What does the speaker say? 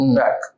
back